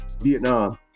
Vietnam